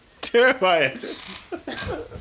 Terrifying